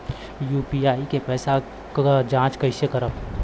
UPI के पैसा क जांच कइसे करब?